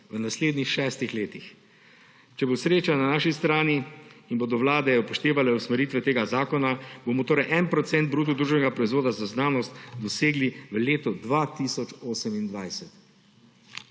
v naslednjih šestih letih. Če bo sreča na naši strani in bodo vlade upoštevale usmeritve tega zakona, bomo torej en procent bruto družbenega proizvoda za znanost dosegli v letu 2028.